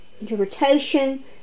interpretation